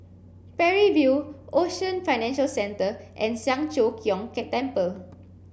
Parry View Ocean Financial Centre and Siang Cho Keong Temple